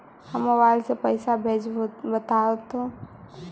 हम मोबाईल से पईसा भेजबई बताहु तो?